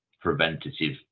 preventative